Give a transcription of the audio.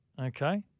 Okay